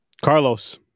Carlos